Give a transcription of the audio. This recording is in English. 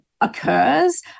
occurs